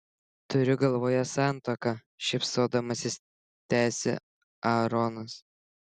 turiu galvoje santuoką šypsodamasis tęsia aaronas